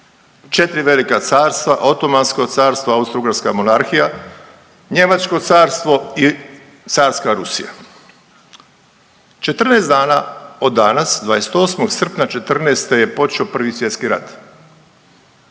4 velika carstva Otomansko Carstvo, Austrougarska Monarhija, Njemačko Carstvo i Carska Rusija. 14 dana od dana 28. srpnja '14. je počeo Prvi svjetski rat,